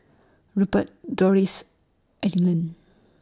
Rupert Dolores Adelyn